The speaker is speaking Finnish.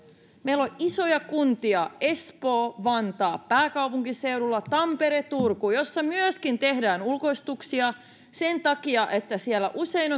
meillä on isoja kuntia espoo vantaa pääkaupunkiseudulla tampere turku joissa myöskin tehdään ulkoistuksia sen takia että siellä usein